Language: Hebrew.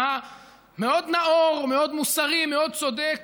מאוד נאור, מאוד מוסרי, מאוד צודק.